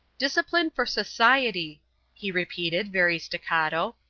discipline for society he repeated, very staccato,